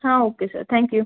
हां okay sir thank you